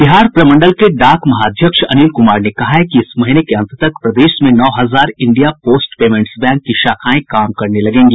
बिहार प्रमंडल के डाक महा अध्यक्ष अनिल क्मार ने कहा है कि इस महीने के अंत तक प्रदेश में नौ हजार इंडिया पोस्ट पेंमेंट्स बैंक की शाखाएं काम करने लगेंगी